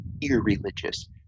irreligious